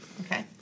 Okay